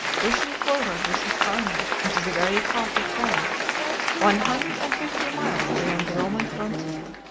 pushing forward with his army into the very heart of france one hundred and fifty miles beyond the roman frontier.